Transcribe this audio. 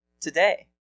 today